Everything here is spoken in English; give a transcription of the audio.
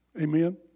Amen